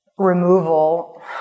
removal